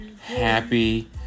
happy